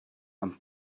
and